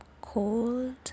cold